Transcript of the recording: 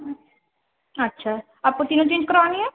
اچھا آپ کو تینوں چیز کرانی ہیں